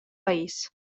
país